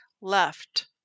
left